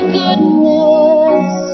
goodness